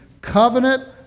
covenant